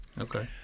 Okay